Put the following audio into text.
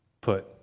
put